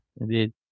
indeed